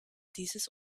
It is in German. dieses